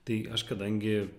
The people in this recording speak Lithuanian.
tai aš kadangi